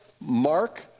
Mark